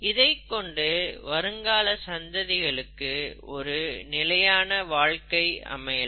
இதைக்கொண்டு வருங்கால சந்ததிகளுக்கு ஒரு நிலையான வாழ்க்கை அமைக்கலாம்